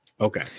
okay